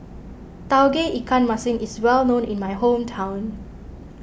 Tauge Ikan Masin is well known in my hometown